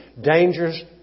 dangers